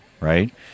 right